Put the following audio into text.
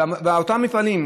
ואותם מפעלים,